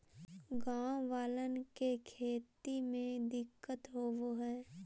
गाँव वालन के खेती में दिक्कत होवऽ हई